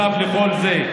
נוסף לכל זה,